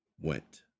went